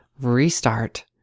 Restart